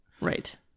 Right